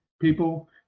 people